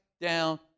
down